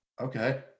Okay